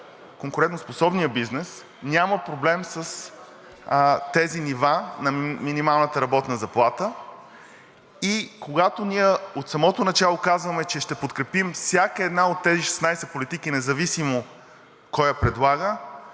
конкурентоспособния бизнес няма проблем с тези нива на минималната работна заплата. Когато ние от самото начало казваме, че ще подкрепим всяка една от тези 16 политики независимо кой я предлага,